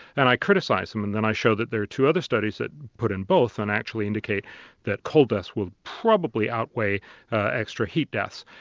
and i criticised them, and then i showed that there were two other studies that put in both and actually indicate that cold deaths will probably outweigh extra heat deaths.